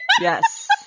Yes